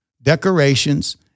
decorations